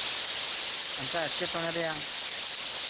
ᱚᱱᱠᱟ ᱮᱴᱠᱮᱴᱚᱬᱮ ᱨᱮᱭᱟᱝ